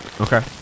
Okay